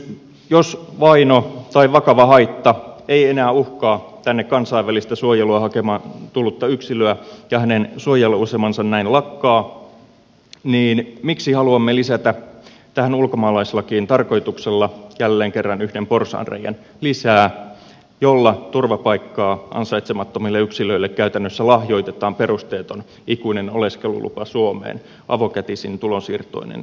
jos vaino tai vakava haitta ei enää uhkaa tänne kansainvälistä suojelua hakemaan tullutta yksilöä ja hänen suojeluasemansa näin lakkaa niin miksi haluamme lisätä tähän ulkomaalaislakiin tarkoituksella jälleen kerran yhden porsaanreiän jolla turvapaikkaa ansaitsemattomille yksilöille käytännössä lahjoitetaan perusteeton ikuinen oleskelulupa suomeen avokätisine tulonsiirtoineen ja hyvinvointipalveluineen